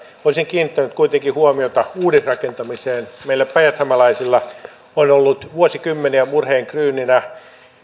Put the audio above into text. olisin kiinnittänyt kuitenkin huomiota uudisrakentamiseen meillä päijäthämäläisillä on ollut vuosikymmeniä murheenkryyninä